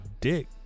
dick